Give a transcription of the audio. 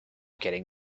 getting